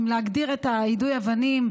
אם להגדיר את יידוי האבנים,